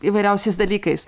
įvairiausiais dalykais